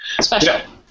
special